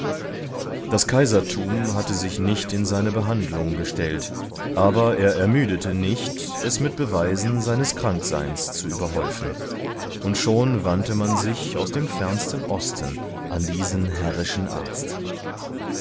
das kaisertum hatte sich nicht in seine behandlung gestellt aber er ermüdete nicht es mit beweisen seines krankseins zu überhäufen und schon wandte man sich aus dem fernsten osten an diesen herrischen arzt